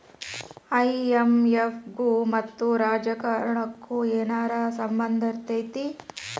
IMF ಗು ಮತ್ತ ರಾಜಕಾರಣಕ್ಕು ಏನರ ಸಂಭಂದಿರ್ತೇತಿ?